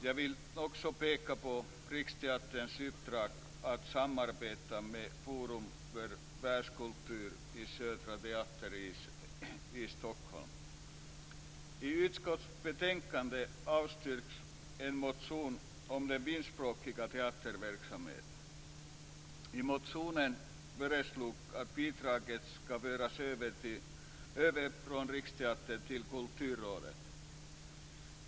Jag vill också peka på Riksteaterns uppdrag att samarbeta med Forum för världskultur vid Södra I utskottets betänkande avstyrks en motion om den finskspråkiga teaterverksamheten. I motionen föreslogs att bidraget skulle föras över från Riksteatern till Kulturrådet.